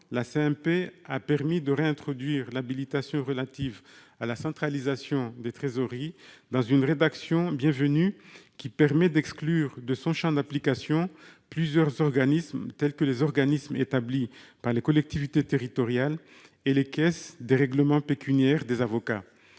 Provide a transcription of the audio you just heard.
a permis de réintroduire l'habilitation relative à la centralisation des trésoreries, dans une rédaction bienvenue qui exclut de son champ d'application plusieurs organismes, tels que les organismes établis par les collectivités territoriales et les caisses des règlements pécuniaires des avocats.